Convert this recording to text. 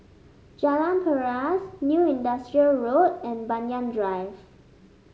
Jalan Paras New Industrial Road and Banyan Drive